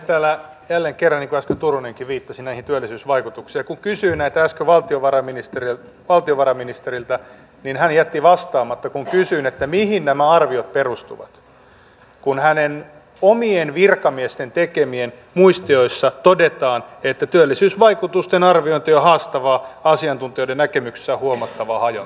täällä jälleen kerran niin kuin äsken turunenkin viittasi näihin työllisyysvaikutuksiin kun kysyin äsken valtiovarainministeriltä hän jätti vastaamatta mihin nämä arviot perustuvat kun hänen omien virkamiestensä tekemissä muistioissa todetaan että työllisyysvaikutusten arviointi on haastavaa ja asiantuntijoiden näkemyksissä on huomattavaa hajontaa